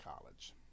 college